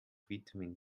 vitamin